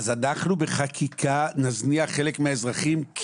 אנחנו בחקיקה נזניח חלק מהאזרחים,